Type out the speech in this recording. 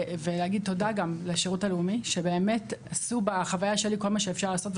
ולהגיד תודה גם לשירות הלאומי שבאמת עשו בחוויה שלי כל מה שאפשר לעשות,